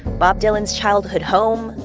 bob dylan's childhood home,